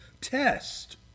test